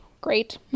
Great